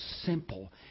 simple